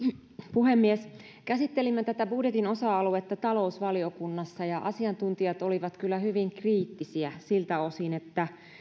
puhemies käsittelimme tätä budjetin osa aluetta talousvaliokunnassa ja asiantuntijat olivat kyllä hyvin kriittisiä siltä osin että